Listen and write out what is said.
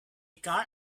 car